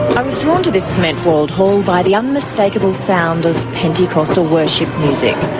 i was drawn to this cement-walled hall by the unmistakable sound of pentecostal worship music.